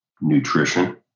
nutrition